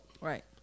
Right